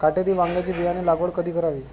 काटेरी वांग्याची बियाणे लागवड कधी करावी?